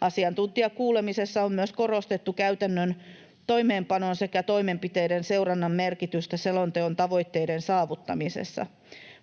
Asiantuntijakuulemisessa on myös korostettu käytännön toimeenpanon sekä toimenpiteiden seurannan merkitystä selonteon tavoitteiden saavuttamisessa.